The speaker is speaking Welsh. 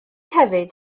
hefyd